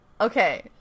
okay